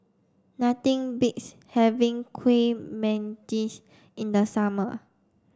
nothing beats having Kueh Manggis in the summer